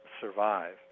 survive